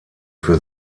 für